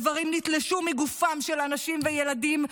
איברים נתלשו מגופם של אנשים וילדים,